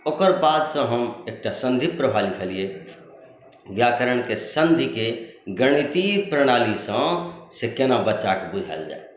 ओकर बादसँ हम एकटा सन्धि प्रभा लिखलियै व्याकरणके सन्धिके गणितीय प्रणालीसँ से केना बच्चाके बुझाएल जाय